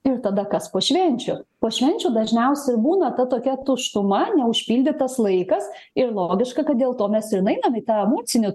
ir tada kas po švenčių po švenčių dažniausiai būna ta tokia tuštuma neužpildytas laikas ir logiška kad dėl to mes ir nueinam į tą emocinį